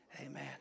Amen